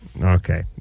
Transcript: Okay